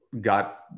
got